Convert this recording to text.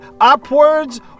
upwards